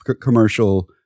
commercial